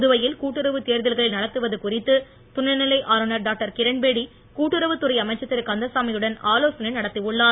புதுவையில் கூட்டுறவு தேர்தல்களை நடத்துவது குறித்து துணை நிலை ஆளுநர் டாக்டர் கிரண்பேடி கூட்டுறவுத் துறை அமைச்சர் திரு கந்தசாமியுடன் ஆலோசனை நடத்தி உள்ளார்